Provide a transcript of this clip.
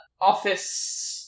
office